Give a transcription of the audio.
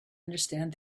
understand